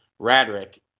Radrick